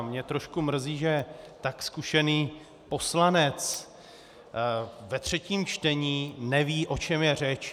Mě trošku mrzí, že tak zkušený poslanec ve třetím čtení neví, o čem je řeč.